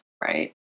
right